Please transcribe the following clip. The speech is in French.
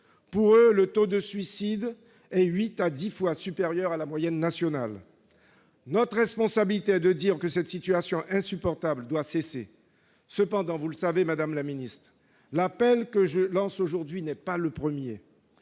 Pour eux, le taux de suicide est huit à dix fois supérieur à la moyenne nationale. Notre responsabilité est de dire que cette situation insupportable doit cesser. Vous le savez, madame la ministre, l'appel que je lance aujourd'hui n'est pas le premier.